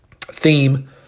theme